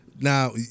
Now